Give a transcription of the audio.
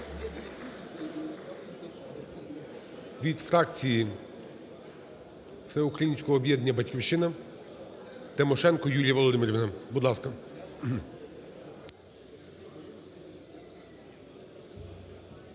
Від фракції "Всеукраїнського об'єднання "Батьківщина" Тимошенко Юлія Володимирівна, будь ласка.